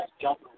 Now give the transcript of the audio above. jump